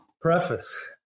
Preface